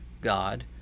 God